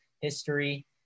history